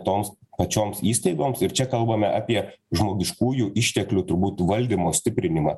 toms pačioms įstaigoms ir čia kalbame apie žmogiškųjų išteklių turbūt valdymo stiprinimą